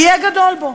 יהיה גדול בו.